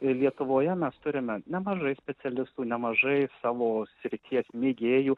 ir lietuvoje mes turime nemažai specialistų nemažai savo srities mėgėjų